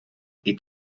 est